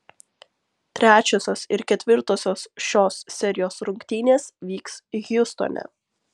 trečiosios ir ketvirtosios šios serijos rungtynės vyks hjustone